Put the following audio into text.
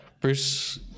Bruce